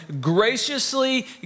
graciously